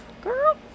girl